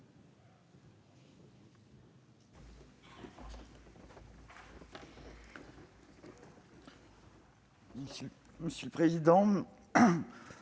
Monsieur le président,